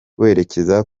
werekeza